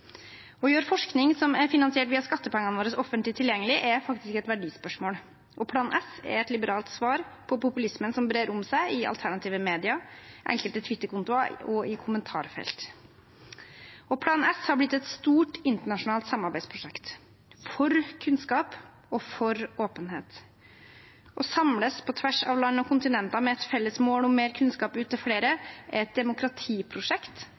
Å gjøre forskning som er finansiert via skattepengene våre, offentlig tilgjengelig er faktisk et verdispørsmål, og Plan S er et liberalt svar på populismen som brer seg i alternative medier, i enkelte Twitter-kontoer og i kommentarfelt. Plan S er blitt et stort internasjonalt samarbeidsprosjekt for kunnskap og for åpenhet. Å samles på tvers av land og kontinenter med et felles mål om mer kunnskap ut til flere er et demokratiprosjekt